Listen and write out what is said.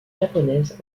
japonaise